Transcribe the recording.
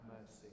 mercy